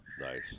Nice